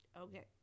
Okay